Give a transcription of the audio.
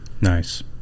Nice